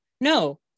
no